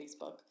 Facebook